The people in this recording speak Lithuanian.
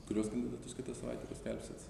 kuriuos kandidatus kitą savaitę paskelbsit